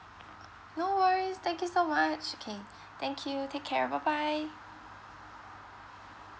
no worries thank you so much okay thank you take care bye bye